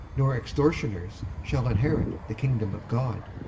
nor extortioners, shall inherit the kingdom of god.